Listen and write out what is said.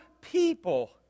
people